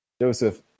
Joseph